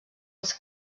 els